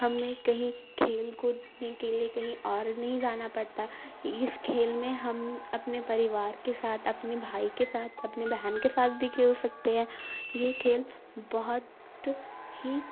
ہمیں کہیں کھیل کودنے کے لیے کہیں اور نہیں جانا پڑتا اس کھیل میں ہم اپنے پریوار کے ساتھ اپنے بھائی کے ساتھ اپنے بہن کے ساتھ بھی کھیل سکتے ہیں یہ کھیل بہت ہی